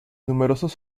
numerosos